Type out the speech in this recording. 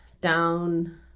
down